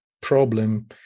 problem